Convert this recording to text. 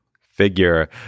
figure